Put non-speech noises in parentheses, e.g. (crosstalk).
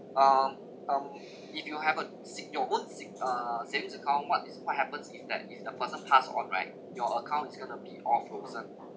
um um (breath) if you will have a sing~ your own sing~ uh savings account what is what happens if that if the person passed on right your account is going to be all frozen